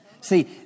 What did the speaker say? See